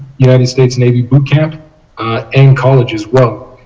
united states navy bootcamp and college as well.